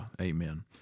amen